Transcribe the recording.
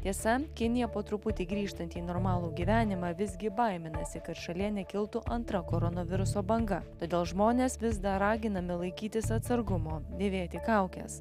tiesa kinija po truputį grįžtanti į normalų gyvenimą visgi baiminasi kad šalyje nekiltų antra koronaviruso banga todėl žmonės vis dar raginami laikytis atsargumo dėvėti kaukes